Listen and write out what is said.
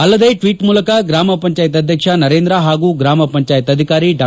ಅಲ್ಲದೆ ಟ್ವೀಟ್ ಮೂಲಕ ಗ್ರಾಮ ಪಂಚಾಯತ್ ಅಧ್ಯಕ್ಷ ನರೇಂದ್ರ ಹಾಗೂ ಗ್ರಾಮ ಪಂಚಾಯತ್ ಅಧಿಕಾರಿ ಡಾ